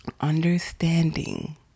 Understanding